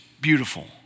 beautiful